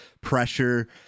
pressure